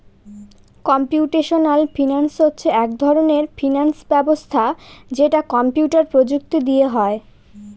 computational finance হচ্ছে এক ধরনের ফিনান্স ব্যবস্থা যেটা কম্পিউটার প্রযুক্তি দিয়ে হয়